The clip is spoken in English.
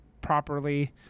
properly